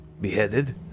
beheaded